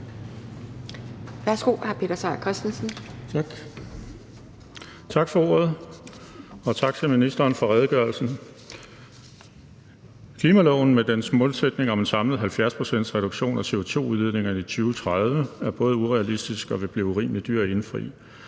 (Ordfører) Peter Seier Christensen (NB): Tak for ordet, og tak til ministeren for redegørelsen. Klimaloven med dens målsætning om en samlet 70-procentsreduktion af CO2-udledningerne i 2030 er både urealistisk og vil blive urimelig dyr at indfri.